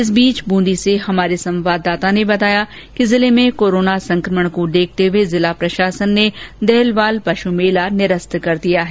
इस बीच ब्रंदी से हमारे संवाददाता ने बताया कि जिले में कोरोना संक्रमण को देखते हुए जिला प्रशासन ने देहलवाल पशु मेला निरस्त कर दिया है